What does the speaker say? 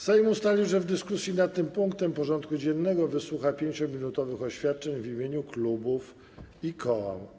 Sejm ustalił, że w dyskusji nad tym punktem porządku dziennego wysłucha 5-minutowych oświadczeń w imieniu klubów i koła.